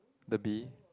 the bee